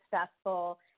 successful